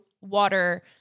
water